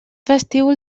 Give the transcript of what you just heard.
vestíbul